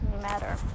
matter